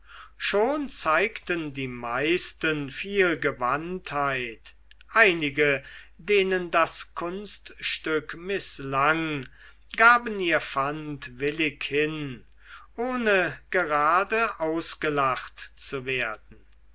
schon zeigten die meisten viel gewandtheit einige denen das kunststück mißlang gaben ihr pfand willig hin ohne gerade ausgelacht zu werden